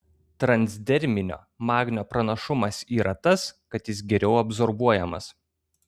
transderminio magnio pranašumas yra tas kad jis geriau absorbuojamas